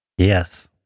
Yes